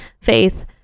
faith